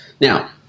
Now